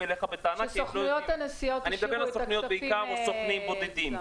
אליך בטענות -- שסוכנויות הנסיעות השאירו את הכספים אצלן?